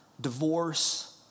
divorce